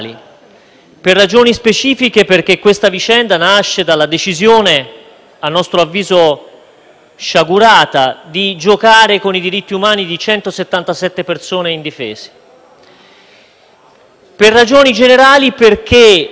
sciagurata - di giocare con i diritti umani di 177 persone indifese. Per ragioni generali, perché, agendo nel modo in cui ha agito il ministro dell'interno Salvini e in cui ha agito il Governo,